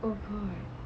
oh god